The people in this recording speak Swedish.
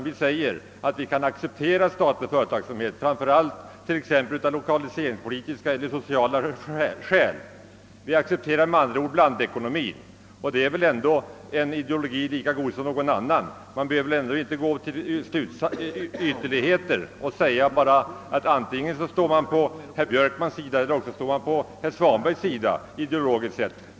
Vi kan acceptera statlig företagsamhet, framför allt av lokaliseringspolitiska eller sociala skäl. Vi accepterar med andra ord blandekonomin, och det är väl ändå en ideologi lika god som någon annan. Man behöver väl inte gå till ytterligheterna och stå antingen på herr Björkmans eller på herr Svanbergs sida ideologiskt sett.